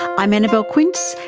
i'm annabelle quince,